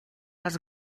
les